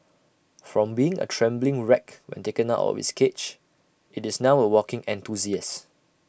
from being A trembling wreck when taken out of its cage IT is now A walking enthusiast